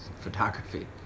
Photography